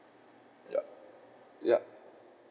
yup yup